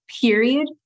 period